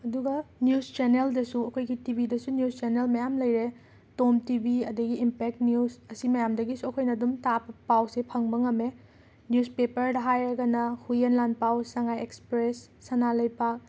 ꯑꯗꯨꯒ ꯅ꯭ꯌꯨꯁ ꯆꯦꯅꯦꯜꯗꯁꯨ ꯑꯩꯈꯣꯏꯒꯤ ꯇꯤ ꯕꯤꯗꯁꯨ ꯅ꯭ꯌꯨꯁ ꯆꯦꯅꯦꯜ ꯃꯌꯥꯝ ꯂꯩꯔꯦ ꯇꯣꯝ ꯇꯤ ꯕꯤ ꯑꯗꯒꯤ ꯏꯝꯄꯦꯛ ꯅ꯭ꯌꯨꯁ ꯑꯁꯤ ꯃꯌꯥꯝꯗꯒꯤꯁꯨ ꯑꯩꯈꯣꯏꯅ ꯑꯗꯨꯝ ꯇꯥꯄ ꯄꯥꯎꯁꯦ ꯐꯪꯕ ꯉꯝꯃꯦ ꯅ꯭ꯌꯨꯁꯄꯦꯄꯔꯗ ꯍꯥꯏꯔꯒꯅ ꯍꯨꯌꯦꯟ ꯂꯥꯟꯄꯥꯎ ꯁꯉꯥꯏ ꯑꯦꯛꯁꯄ꯭ꯔꯦꯁ ꯁꯅꯥ ꯂꯩꯄꯥꯛ